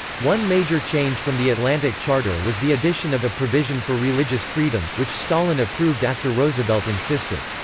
one major change from the atlantic charter was the addition of a provision for religious freedom, which stalin approved after roosevelt insisted.